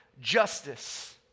justice